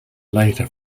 later